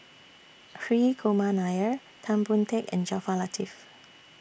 Hri Kumar Nair Tan Boon Teik and Jaafar Latiff